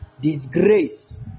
Disgrace